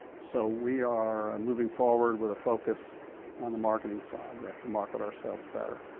so we are moving forward with a focus on the marketing side, we have to market ourselves better.